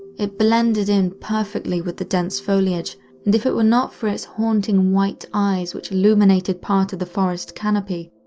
it blended in perfectly with the dense foliage, and if it were not for its haunting white eyes which illuminated part of the forest canopy,